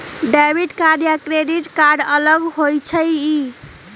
Debit card या credit card अलग होईछ ई?